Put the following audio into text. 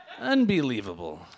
Unbelievable